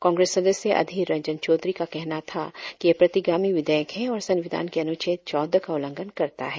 कांग्रेस सदस्य अधीर रंजन चौधरी का कहना था कि यह प्रतिगामी विधेयक है और संविधान के अनुच्छेद चौदह का उल्लंघन करता है